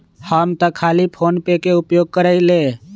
हम तऽ खाली फोनेपे के उपयोग करइले